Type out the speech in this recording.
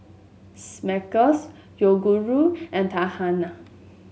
Smuckers Yoguru and Tahuna